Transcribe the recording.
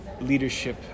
leadership